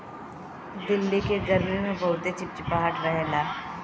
दिल्ली के गरमी में बहुते चिपचिपाहट रहेला